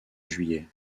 juillet